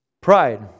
Pride